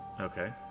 Okay